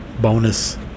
bonus